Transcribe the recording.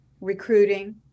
recruiting